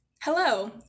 Hello